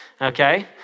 okay